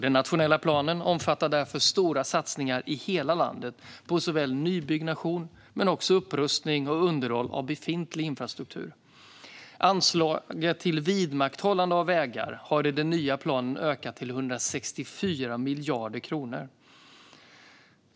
Den nationella planen omfattar därför stora satsningar i hela landet på såväl nybyggnation som upprustning och underhåll av befintlig infrastruktur. Anslaget till vidmakthållande av vägar har i den nya planen ökat till 164 miljarder kronor.